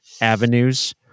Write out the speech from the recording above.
avenues